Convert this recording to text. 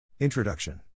Introduction